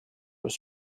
was